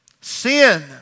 sin